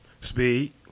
Speed